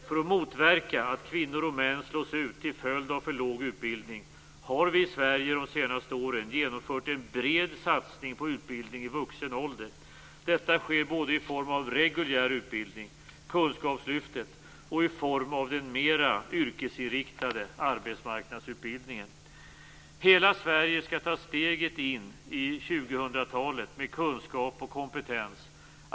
För att motverka att kvinnor och män slås ut till följd av för låg utbildning har vi i Sverige de senaste åren genomfört en bred satsning på utbildning i vuxen ålder. Detta sker både i form av reguljär utbildning, kunskapslyftet, och i form av den mera yrkesinriktade arbetsmarknadsutbildningen. Hela Sverige skall ta steget in i 2000-talet med kunskap och kompetens.